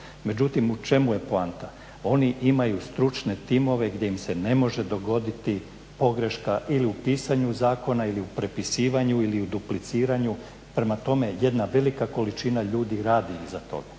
Međutim, u čemu je poanta, oni imaju stručne timove gdje im se ne može dogoditi pogreška ili u pisanju zakona ili u prepisivanju ili u dupliciranju. Prema tome, jedna velika količina ljudi radi iza toga.